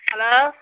hello